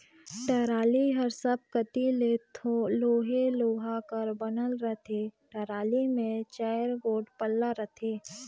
trolley हर सब कती ले लोहे लोहा कर बनल रहथे, टराली मे चाएर गोट पल्ला रहथे